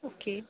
okay